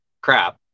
crap